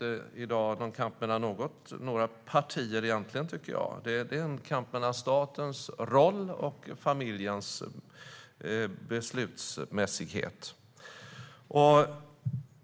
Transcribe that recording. Det finns egentligen ingen kamp mellan några partier i dag, utan det är en kamp mellan statens roll och familjens beslutsmässighet.